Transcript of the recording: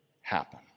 happen